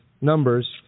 Numbers